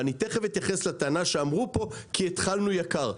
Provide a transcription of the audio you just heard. ואני תיכף אתייחס לטענה שאמרו פה כי התחלנו יקר.